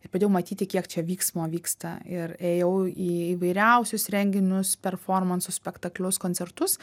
ir pradėjau matyti kiek čia vyksmo vyksta ir ėjau į įvairiausius renginius performansus spektaklius koncertus